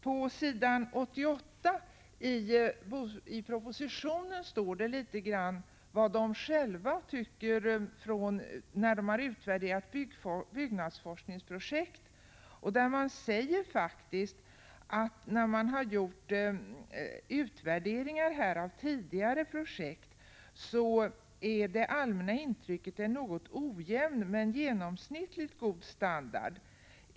På s. 88 i propositionen står det litet om vad byggforskningsrådet tycker efter att ha utvärderat byggforskningsprojekt: ”Det allmänna intrycket är en något ojämn men genomsnittligt god standard.